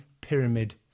pyramid